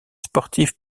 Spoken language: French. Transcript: sportifs